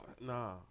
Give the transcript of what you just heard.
Nah